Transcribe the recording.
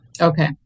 Okay